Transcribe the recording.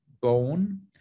bone